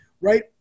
right